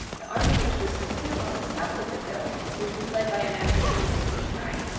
the army which was concealed on the south of the hill, which was led by a man whose name was lehi,